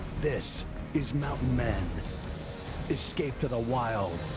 this is mountain men escape to the wild.